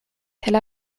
tel